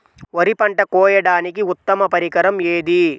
వరి పంట కోయడానికి ఉత్తమ పరికరం ఏది?